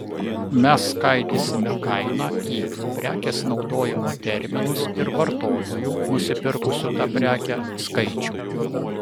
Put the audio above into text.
mes skaidysime kainą į prekės naudojimo terminus ir vartotojų nusipirkusių tą prekę skaičių